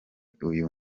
uyu